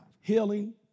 healing